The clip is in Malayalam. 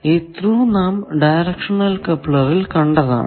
ഈ ത്രൂ നാം ഡയറക്ഷണൽ കപ്ലറിൽ കണ്ടതാണ്